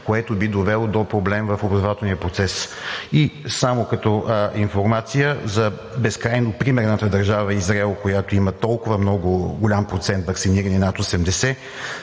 което би довело до проблем в образователния процес. И само като информация за безкрайно примерната държава Израел, която има толкова голям процент ваксинирани – над 80,